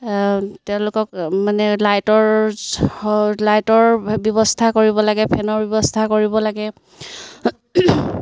তেওঁলোকক মানে লাইটৰ লাইটৰ ব্যৱস্থা কৰিব লাগে ফেনৰ ব্যৱস্থা কৰিব লাগে